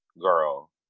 girl